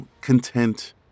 content